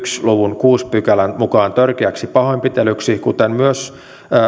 luvun kuudennen pykälän mukaan törkeäksi pahoinpitelyksi kuten myös